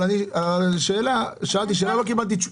אבל לא קיבלתי תשובה.